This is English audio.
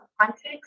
context